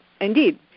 indeed